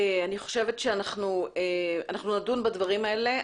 אנחנו נדון בדברים האלה.